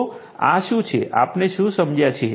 તો આ શું છે આપણે શું સમજ્યા છીએ